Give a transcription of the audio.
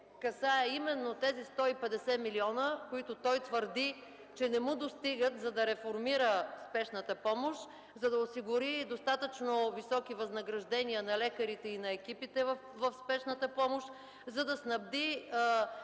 касае именно тези 150 милиона, които той твърди, че не му достигат, за да реформира Спешната помощ, за да осигури достатъчно високи възнаграждения на лекарите и на екипите в Спешната помощ, за да снабди